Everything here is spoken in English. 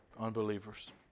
unbelievers